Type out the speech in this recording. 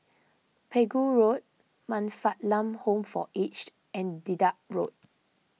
Pegu Road Man Fatt Lam Home for Aged and Dedap Road